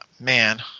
man